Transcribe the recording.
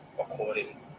according